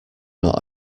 not